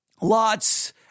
Lots